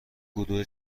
گروه